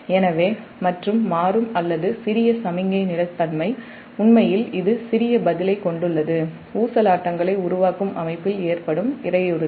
எனவேமாறும் அல்லது சிறிய சமிக்ஞை நிலைத்தன்மை உண்மையில் சிறிய பதிலைக் கொண்டுள்ளது ஊசலாட்டங்களை உருவாக்கும் அமைப்பில் ஏற்படும் இடையூறுகள்